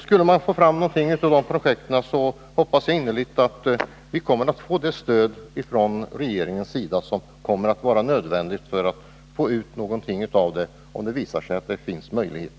Skulle man få fram något av de projekten hoppas jag innerligt att vi får det stöd från regeringen som blir nödvändigt för att genomföra det.